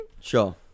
Sure